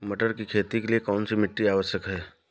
मटर की खेती के लिए कौन सी मिट्टी आवश्यक है?